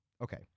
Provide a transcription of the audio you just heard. Okay